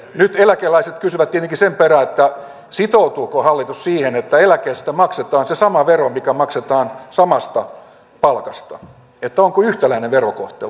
nyt eläkeläiset kysyvät tietenkin sen perään sitoutuuko hallitus siihen että eläkkeestä maksetaan se sama vero mikä maksetaan samasta palkasta että onko yhtäläinen verokohtelu